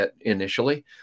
initially